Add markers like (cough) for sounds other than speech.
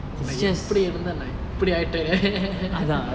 is like எப்டி இருந்தேன் இப்டி அயிட்டென்:epdi irunthen ipdi ayiten (laughs)